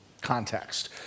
context